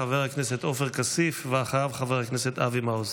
חבר הכנסת עופר כסיף, ואחריו, חבר הכנסת אבי מעוז.